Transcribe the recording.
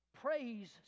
Praise